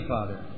Father